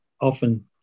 often